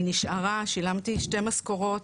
היא נשארה, שילמתי שתי משכורות,